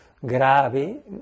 grave